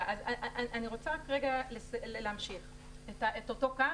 אני רוצה להמשיך את אותו קו,